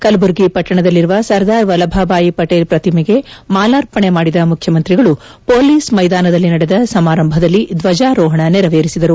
ಕಲಬುರಗಿ ಪಟ್ಟಣದಲ್ಲಿರುವ ಸರ್ದಾರ್ ವಲ್ಲಭೆ ಭಾಯ್ ಪಟೇಲ್ ಪ್ರತಿಮೆಗೆ ಮಾಲಾರ್ಪಣೆ ಮಾಡಿದ ಮುಖ್ಯಮಂತ್ರಿಗಳು ಪೋಲಿಸ್ ಮೈದಾನದಲ್ಲಿ ನಡೆದ ಸಮಾರಂಭದಲ್ಲಿ ದ್ವಜಾರೋಹಣ ನೆರವೇರಿಸಿದರು